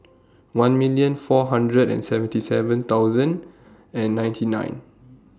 one million four hundred and seventy seven thousand and ninety nine